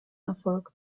erfolg